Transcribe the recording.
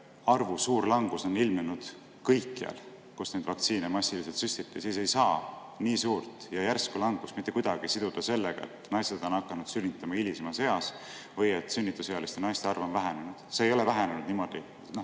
arvu suur langus on ilmnenud kõikjal, kus neid vaktsiine massiliselt süstiti, siis ei saa nii suurt ja järsku langust mitte kuidagi siduda sellega, et naised on hakanud sünnitama hilisemas eas või et sünnitusealiste naiste arv on vähenenud. See vähenemine